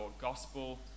gospel